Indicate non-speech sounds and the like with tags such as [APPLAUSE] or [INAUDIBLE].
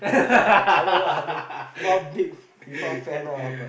[LAUGHS]